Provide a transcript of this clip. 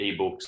ebooks